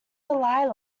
dahlia